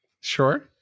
Sure